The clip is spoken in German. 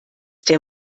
der